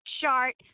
chart